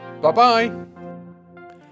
Bye-bye